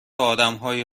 آدمهای